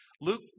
Luke